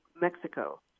Mexico